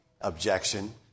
objection